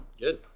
Good